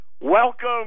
Welcome